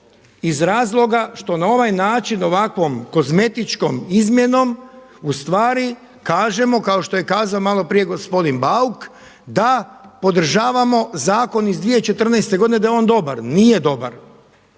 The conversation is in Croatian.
iz razloga što na ovaj način ovakvom kozmetičkom izmjenom u stvari kažemo kao što je kazao malo prije gospodin Bauk da podržavamo zakon iz 2014. godine da je on dobar. Nije dobar,